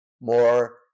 more